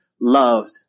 loved